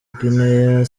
guinea